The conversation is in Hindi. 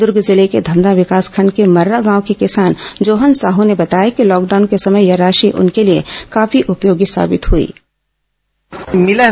दुर्ग जिले के धमधा विकासखंड के मर्रा गांव के किसान जोहन साहू ने बताया कि लॉकडाउन के समय यह राशि उनके लिए काफी उपयोगी साबित हुई है